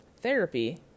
therapy